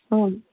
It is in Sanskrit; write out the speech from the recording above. आम्